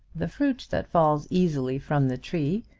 the fruit that falls easily from the tree,